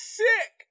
sick